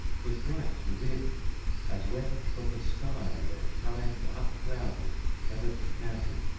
twas bright within as when from the sky there shines unclouded heaven's candle.